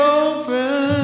open